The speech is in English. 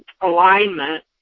alignment